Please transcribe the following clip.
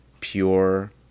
pure